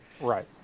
right